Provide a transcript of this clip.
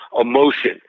emotion